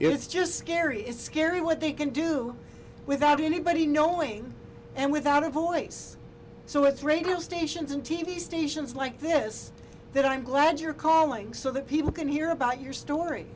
it's just scary is scary what they can do without anybody knowing and without a voice so it's radio stations and t v stations like this that i'm glad you're calling so that people can hear about your story